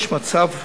יש מצב מדהים,